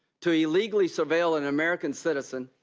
to illegally surveil an american citizen,